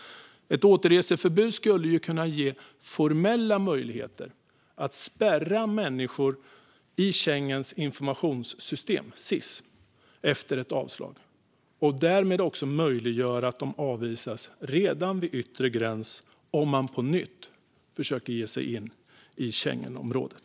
Ett återreseförbud skulle kunna ge formella möjligheter att spärra människor i Schengens informationssystem, SIS, efter ett avslag och därmed också möjliggöra att de avvisas redan vid yttre gräns om de på nytt försöker ge sig in i Schengenområdet.